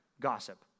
gossip